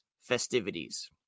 festivities